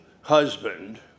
husband